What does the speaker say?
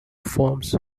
forms